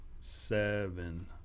seven